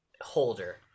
holder